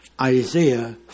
Isaiah